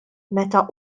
meta